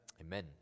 Amen